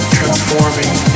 Transforming